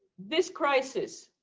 this crisis,